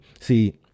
see